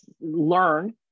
learn